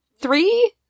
three